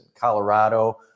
Colorado